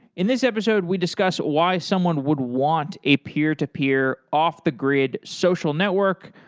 in this episode we discuss why someone would want a peer-to-peer off-the grid social network,